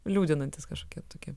liūdinantys kažkokie tokie